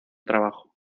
trabajo